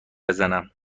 بزنم